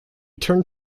turned